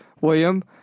William